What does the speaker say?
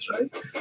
right